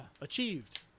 achieved